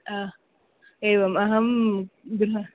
अ एवम् अहं गृहम्